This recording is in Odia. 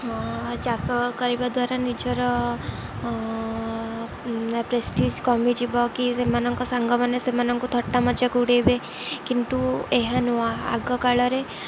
ଚାଷ କରିବା ଦ୍ୱାରା ନିଜର ପ୍ରେଷ୍ଟିଜ୍ କମିଯିବ କି ସେମାନଙ୍କ ସାଙ୍ଗମାନେ ସେମାନଙ୍କୁ ଥଟ୍ଟା ମଜାକ ଉଡ଼େଇବେ କିନ୍ତୁ ଏହା ନୂଆ ଆଗ କାଳରେ